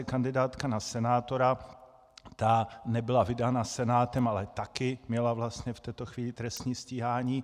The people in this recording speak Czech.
Kandidátka na senátora nebyla vydána Senátem, ale taky měla vlastně v této chvíli trestní stíhání.